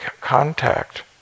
contact